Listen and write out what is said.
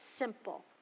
simple